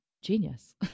genius